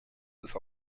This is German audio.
ist